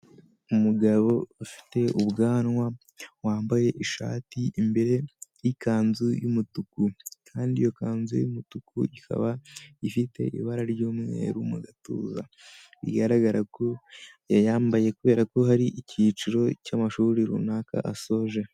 Umugabo ufite ubwanwa wambaye ishati imbere yikanzu y'umutuku. Kandi iyo kanzu y'umutuku ikaba ifite ibara ry'umweru mu gatuza rigaragara ko yayambaye kubera ko hari icyiciro cy'amashuri runaka asoje.